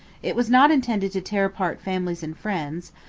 it was not intended to tear apart families and friends,